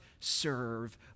serve